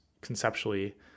conceptually